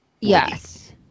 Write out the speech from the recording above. yes